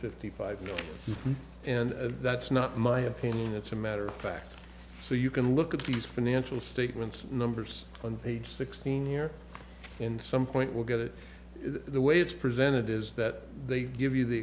fifty five and that's not my opinion it's a matter of fact so you can look at these financial statements numbers on page sixteen year in some point will get it the way it's presented is that they give you the